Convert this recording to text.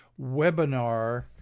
webinar